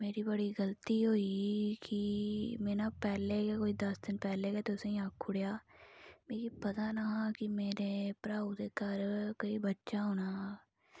मेरी बड़ी गल्ती होई कि में न पैह्ले गै कोई दस दिन पैह्ले गै तुसें आक्खुड़ेआ मिगी पता नीं हा मेरे भ्राऊ दे घर कोई बच्चा होना